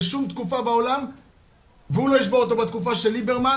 בשום תקופה בעולם והוא לא ישבור אותו בתקופה של ליברמן